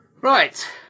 Right